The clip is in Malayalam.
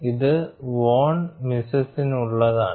ഇത് വോൺ മിസെസിനുള്ളതാണ്